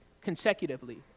consecutively